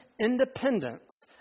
independence